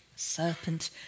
Serpent